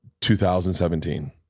2017